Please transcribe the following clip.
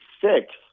six